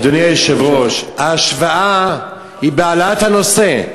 אדוני היושב-ראש, ההשוואה היא בהעלאת הנושא.